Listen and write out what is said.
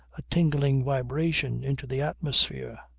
a tingling vibration into the atmosphere.